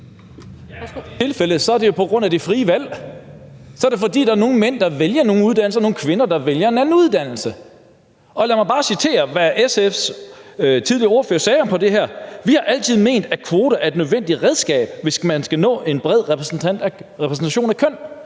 af det frie valg; så er det, fordi der er nogle mænd, der vælger nogle uddannelser, og nogle kvinder, der vælger andre uddannelser. Og lad mig bare citere, hvad SF's tidligere ordfører sagde om det her: »Vi har altid ment, at kvoter er et nødvendigt redskab, hvis man skal opnå en bred repræsentation af køn.«